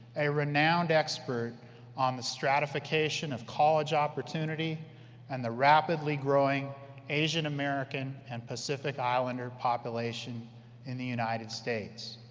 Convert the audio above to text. a renowned expert on the stratification of college opportunity and the rapidly growing asian american and pacific islander population in the united states.